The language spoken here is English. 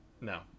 No